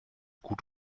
gut